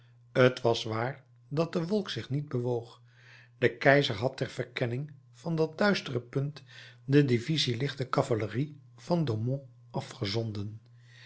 t was waar dat de wolk zich niet bewoog de keizer had ter verkenning van dat duistere punt de divisie lichte cavalerie van domon afgezonden